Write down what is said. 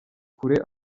kure